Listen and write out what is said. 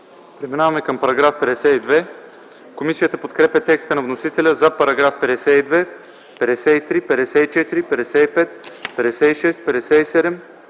Преминаваме към § 52. Комисията подкрепя текста на вносителя за параграфи 52, 53, 54, 55, 56, 57, 58